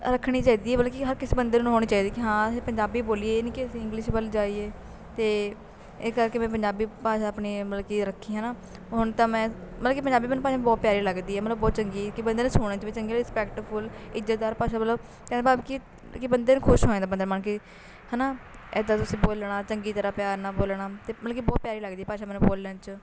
ਰੱਖਣੀ ਚਾਹੀਦੀ ਹੈ ਮਤਲਬ ਕਿ ਹਰ ਕਿਸੇ ਬੰਦੇ ਨੂੰ ਹੋਣੀ ਚਾਹੀਦੀ ਕਿ ਹਾਂ ਅਸੀਂ ਪੰਜਾਬੀ ਬੋਲੀਏ ਇਹ ਨਹੀਂ ਕਿ ਅਸੀਂ ਇੰਗਲਿਸ਼ ਵੱਲ ਜਾਈਏ ਅਤੇ ਇਸ ਕਰਕੇ ਮੈਂ ਪੰਜਾਬੀ ਭਾਸ਼ਾ ਆਪਣੇ ਮਤਲਬ ਕਿ ਰੱਖੀ ਹੈ ਨਾ ਹੁਣ ਤਾਂ ਮੈਂ ਮਤਲਬ ਕਿ ਪੰਜਾਬੀ ਮੈਨੂੰ ਭਾਸ਼ਾ ਬਹੁਤ ਪਿਆਰੀ ਲੱਗਦੀ ਹੈ ਮਤਲਬ ਬਹੁਤ ਚੰਗੀ ਕਿ ਬੰਦੇ ਨੂੰ ਸੁਣਨ 'ਚ ਵੀ ਚੰਗੀ ਰਿਸਪੈਕਟਫੁੱਲ ਇੱਜ਼ਤਦਾਰ ਭਾਸ਼ਾ ਮਤਲਬ ਕਹਿਣ ਦਾ ਭਾਵ ਕੀ ਕਿ ਬੰਦੇ ਨੂੰ ਖੁਸ਼ ਹੋ ਜਾਂਦਾ ਬੰਦਾ ਮਤਲਬ ਕਿ ਹੈ ਨਾ ਇੱਦਾਂ ਤੁਸੀਂ ਬੋਲਣਾ ਚੰਗੀ ਤਰ੍ਹਾਂ ਪਿਆਰ ਨਾਲ਼ ਬੋਲਣਾ ਅਤੇ ਮਤਲਬ ਕਿ ਬਹੁਤ ਪਿਆਰੀ ਲੱਗਦੀ ਭਾਸ਼ਾ ਮੈਨੂੰ ਬੋਲਣ 'ਚ